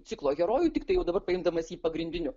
ciklo herojų tiktai jau dabar priimdamas jį pagrindiniu